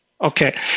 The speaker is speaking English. Okay